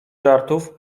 żartów